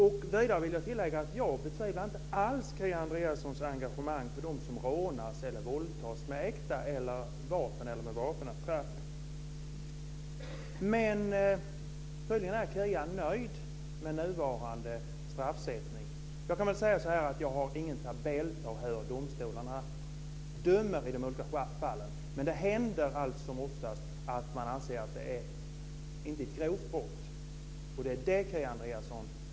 Vidare vill jag tillägga att jag inte alls betvivlar Kia Andreassons engagemang för dem som rånas eller våldtas under hot av äkta vapen eller vapenattrapp. Men tydligen är Kia nöjd med nuvarande straffsättning. Jag har ingen tabell över hur domstolarna dömer i de olika fallen. Men det händer allt som oftast att man anser att det inte är ett grovt brott.